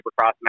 Supercross